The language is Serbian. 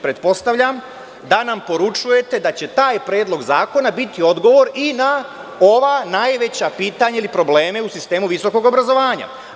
Pretpostavljam da nam poručujete da će tajpredlog zakona biti odgovor na ova najveća pitanja i probleme u sistemu visokog obrazovanja.